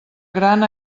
gran